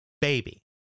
baby